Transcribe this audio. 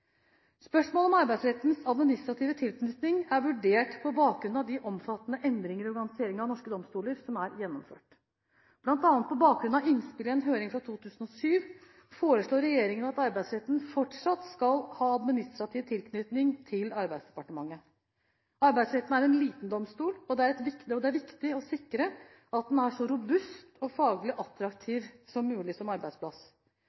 Spørsmålet om Arbeidsrettens administrative tilknytning er vurdert på bakgrunn av de omfattende endringene i organiseringen av norske domstoler som er gjennomført. Blant annet på bakgrunn av innspill i en høring fra 2007 foreslår regjeringen at Arbeidsretten fortsatt skal ha administrativ tilknytning til Arbeidsdepartementet. Arbeidsretten er en liten domstol, og det er viktig å sikre at den er en så robust og faglig